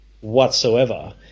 whatsoever